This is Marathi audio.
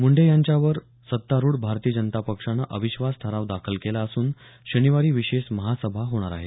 मुंढे यांच्यावर सत्तारूढ भारतीय जनता पक्षानं अविश्वास ठराव दाखल केला असून शनिवारी विशेष महासभा होणार आहे